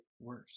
worse